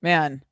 Man